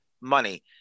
money